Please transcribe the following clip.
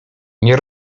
nie